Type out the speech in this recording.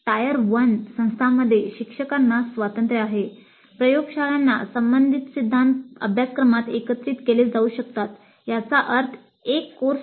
tyre 1 असलेला एकल course